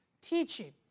teaching